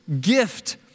gift